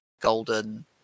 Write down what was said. golden